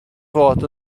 fod